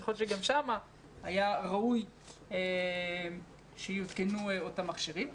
יכול להיות שגם שם היה ראוי שיותקנו אותם מכשירים.